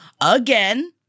again